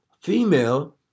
female